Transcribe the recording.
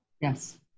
Yes